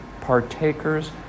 partakers